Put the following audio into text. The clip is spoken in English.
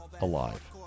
alive